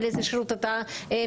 לאיזה שירות אתה מקבל,